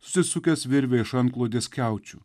susisukęs virvę iš antklodės skiaučių